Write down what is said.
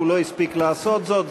הוא לא הספיק לעשות זאת.